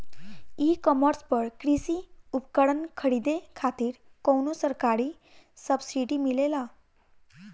ई कॉमर्स पर कृषी उपकरण खरीदे खातिर कउनो सरकारी सब्सीडी मिलेला?